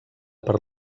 per